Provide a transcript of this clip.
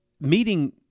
meeting